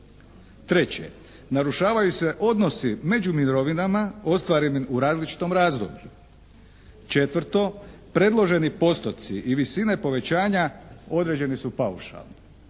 Treće, narušavaju se odnosi među mirovinama ostvarenim u različitom razdoblju. Četvrto, predloženi postoci i visine povećanja određeni su paušalno.